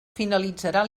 finalitzarà